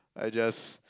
I just